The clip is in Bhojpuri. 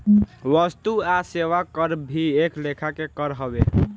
वस्तु आ सेवा कर भी एक लेखा के कर हवे